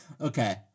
Okay